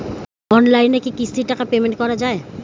অনলাইনে কি কিস্তির টাকা পেমেন্ট করা যায়?